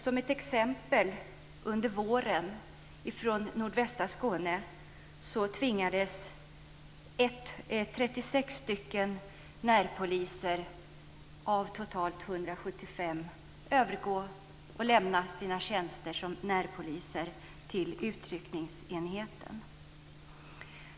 Som ett exempel kan jag nämna att 36 närpoliser av totalt 175 från nordvästra Skåne under våren tvingades lämna sina tjänster som närpoliser och övergå till utryckningsenheten.